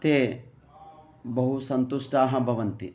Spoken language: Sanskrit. ते बहुसन्तुष्टाः भवन्ति